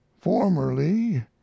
Formerly